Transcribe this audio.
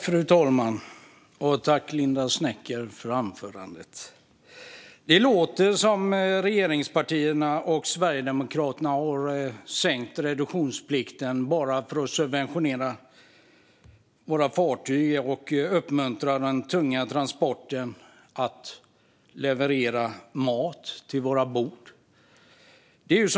Fru talman! Tack, Linda W Snecker, för anförandet! Det låter som om regeringspartierna och Sverigedemokraterna har sänkt reduktionsplikten bara för att subventionera fartyg och uppmuntra de tunga transportörerna att leverera mat till våra bord.